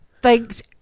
Thanks